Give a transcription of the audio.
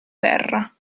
terra